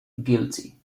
guilty